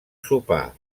sopar